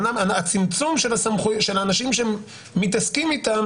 הצמצום של האנשים שמתעסקים אתם